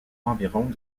environs